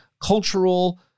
cultural